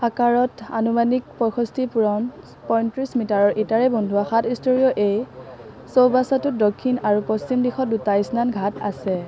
আকাৰত আনুমানিক পঁয়ষষ্ঠি পূৰণ পঁয়ত্ৰিছ মিটাৰৰ ইটাৰে বন্ধোৱা সাত স্তৰীয় এই চৌবাচ্চাটোত দক্ষিণ আৰু পশ্চিম দিশত দুটা স্নান ঘাট আছে